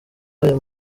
aya